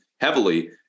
heavily